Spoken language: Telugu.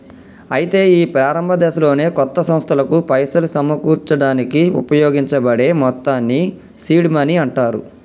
అయితే ఈ ప్రారంభ దశలోనే కొత్త సంస్థలకు పైసలు సమకూర్చడానికి ఉపయోగించబడే మొత్తాన్ని సీడ్ మనీ అంటారు